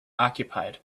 occupied